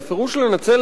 בפירוש לנצל,